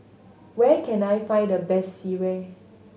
where can I find the best sireh